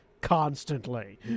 constantly